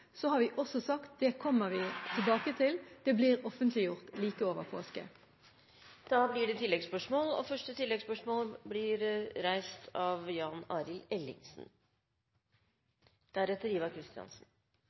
har vi sagt at vi kommer tilbake til det. Det blir offentliggjort like over påske. Det blir gitt anledning til tre oppfølgingsspørsmål – først Jan Arild